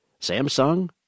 Samsung